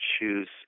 choose